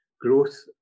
growth